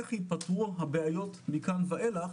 איך ייפתרו הבעיות מכאן ואילך.